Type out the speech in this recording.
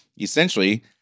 Essentially